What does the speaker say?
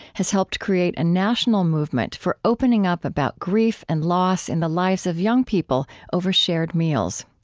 has helped create a national movement for opening up about grief and loss in the lives of young people over shared meals.